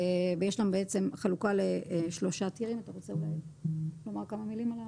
אתה רוצה לומר כמה מילים?